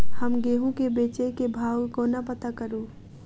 हम गेंहूँ केँ बेचै केँ भाव कोना पत्ता करू?